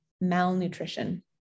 malnutrition